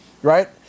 Right